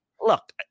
look